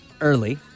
early